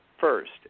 first